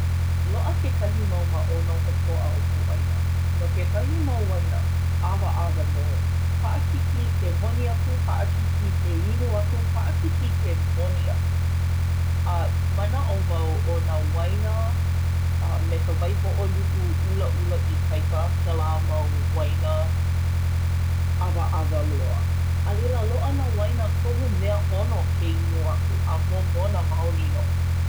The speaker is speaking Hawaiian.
Loaʻa kekahi mau maʻono ʻokoʻa o ka waina. No kekahi mau waina, ʻawaʻawa nō. Paʻakikī ke honi aku, paʻakikī ke inu aku, paʻakikī ke moni aku. A manaʻo wau ʻo nā waina me ka waihoʻoluʻu ʻulaʻula ikaika kēlā mau waina. ʻAwaʻawa loa. A leila loaʻa nā waina kohu meaʻono ke inu aku, a momona maoli nō.